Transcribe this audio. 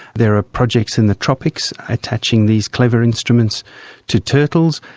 there are projects in the tropics attaching these clever instruments to turtles.